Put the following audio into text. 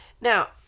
Now